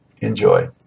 Enjoy